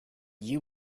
you